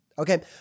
Okay